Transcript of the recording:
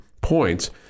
points